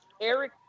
Eric